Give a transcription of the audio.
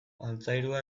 altzairua